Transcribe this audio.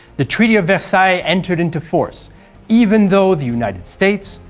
the treaty of versailles entered into force even though the united states,